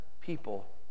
people